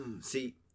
see